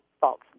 false